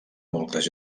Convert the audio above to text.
moltes